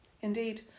indeed